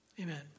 Amen